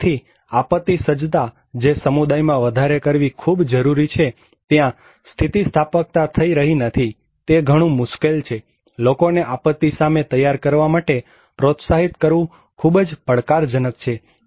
તેથી આપત્તિ સજ્જતા જે સમુદાયમાં વધારે કરવી ખૂબ જરૂરી છે ત્યાં સ્થિતિસ્થાપકતા થઇ રહી નથી તે ઘણું મુશ્કેલ છે લોકોને આપત્તિ સામે તૈયાર કરવા માટે પ્રોત્સાહિત કરવું ખૂબ જ પડકારજનક છે